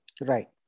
Right